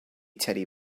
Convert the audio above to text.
teddy